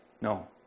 No